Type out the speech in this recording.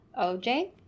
OJ